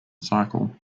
cycle